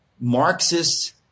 Marxist